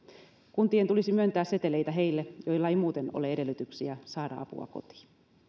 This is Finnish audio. kuntien tulisi myöntää seteleitä heille joilla ei muuten ole edellytyksiä saada apua kotiin